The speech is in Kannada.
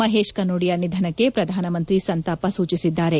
ಮಹೇಶ್ ಕನೋಡಿಯಾ ನಿಧನಕ್ಕೆ ಪ್ರಧಾನಮಂತ್ರಿ ಸಂತಾಪ ಸೂಚಿಸಿದ್ದಾರೆ